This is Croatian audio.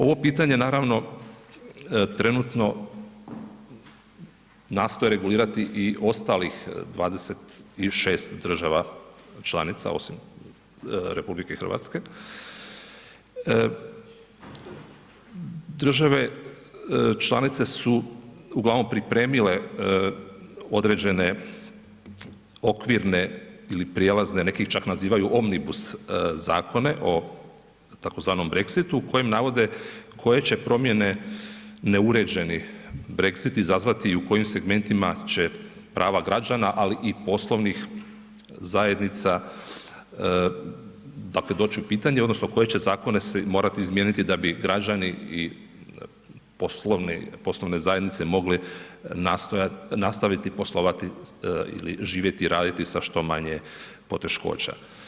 Ovo pitanje naravno trenutno nastoji regulirati i ostalih 26 država članica osim RH, države članice su uglavnom pripremile određene okvirne ili prijelazne, neki ih čak nazivaju omnibus zakone o tzv. Brexitu koji navode koje će promjene neuređeni Brexit izazivati i u kojim segmentima će prava građana ali i poslovnih zajednica dakle doći u pitanje odnosno koje će zakone se morati izmijeniti da bi građani i poslovni, poslovne zajednice mogli nastaviti poslovati ili živjeti, raditi sa što manje poteškoća.